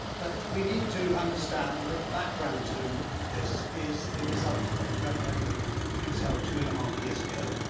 but we need to understand that the background to this is the result of the referendum that was held two and a half years ago.